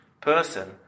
person